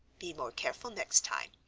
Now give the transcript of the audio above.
be more careful next time.